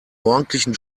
morgendlichen